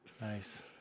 Nice